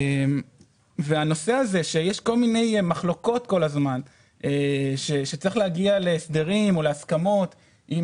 את עניין המחלוקות לגבי ההסדרים או ההסכמות עם